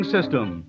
System